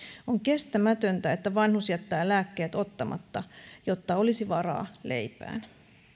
on kestämätöntä että vanhus jättää lääkkeet ottamatta jotta olisi varaa leipään